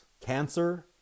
cancer